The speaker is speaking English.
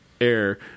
air